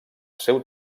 seu